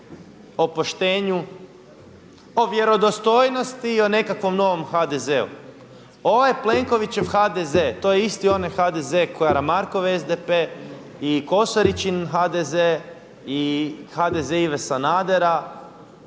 o poštenju, o vjerodostojnosti i o nekakvom novom HDZ-u. Ovaj Plenkovićev HDZ to je isti onaj HDZ Karamarkov i Kosoričin HDZ i HDZ Ive Sanadera,